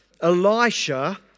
Elisha